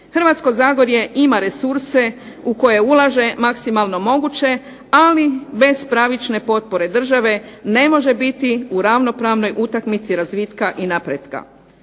Hrvatsko zagorje ima resurse u koje ulaže maksimalno moguće, ali bez pravične potpore države ne može biti u ravnopravnoj utakmici razvitka i napretka.